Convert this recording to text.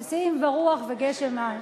נשיאים ורוח וגשם אין.